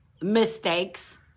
Mistakes